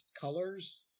colors